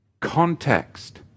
context